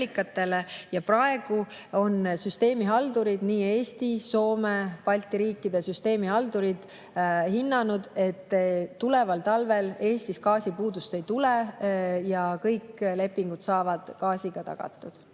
Praegu on süsteemihaldurid – Eesti, Soome, Balti riikide süsteemihaldurid – hinnanud, et tuleval talvel Eestis gaasipuudust ei tule ja kõik lepingud saavad gaasiga tagatud.